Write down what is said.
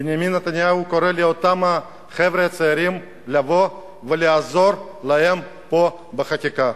בנימין נתניהו קורא לאותם החבר'ה הצעירים לבוא ולעזור להם פה בחקיקה.